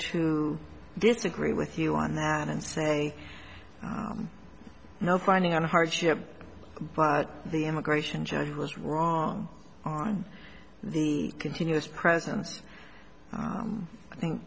to disagree with you on that and say no finding on hardship but the immigration judge was wrong on the continuous presence i think